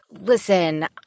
Listen